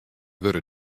wurde